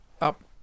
up